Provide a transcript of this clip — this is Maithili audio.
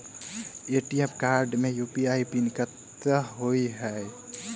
ए.टी.एम कार्ड मे यु.पी.आई पिन कतह होइ है?